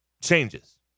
changes